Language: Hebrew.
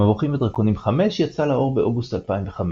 מו"ד 5 יצאה לאור באוגוסט 2015,